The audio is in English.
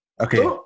Okay